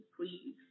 please